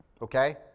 Okay